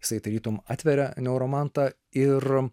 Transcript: jisai tarytum atveria neuromantą ir